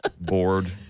Bored